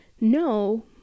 no